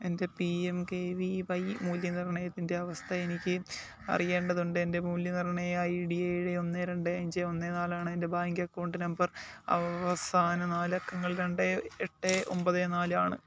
എന്റെ P M K V Y മൂല്യനിർണ്ണയത്തിന്റെ അവസ്ഥ എനിക്ക് അറിയേണ്ടതുണ്ട് എന്റെ മൂല്യനിർണ്ണയ ഐ ഡി ഏഴ് ഒന്ന് രണ്ട് അഞ്ച് ഒന്ന് നാല് ആണ് എന്റെ ബാങ്ക് അക്കൗണ്ട് നമ്പർ അവസാന നാലക്കങ്ങൾ രണ്ട് എട്ട് ഒമ്പത് നാല് ആണ്